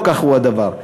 לא כך הוא הדבר.